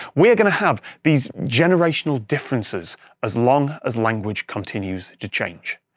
we're going to have these generational differences as long as language continues to change.